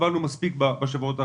סבלנו מספיק בשבועות האחרונים.